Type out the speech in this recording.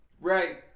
Right